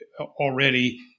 already